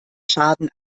schaden